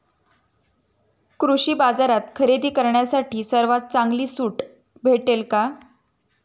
कृषी बाजारात खरेदी करण्यासाठी सर्वात चांगली सूट भेटेल का?